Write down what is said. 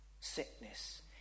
sickness